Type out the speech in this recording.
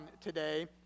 today